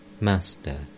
Master